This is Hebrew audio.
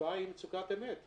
המצוקה היא מצוקת אמת,